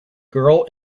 girl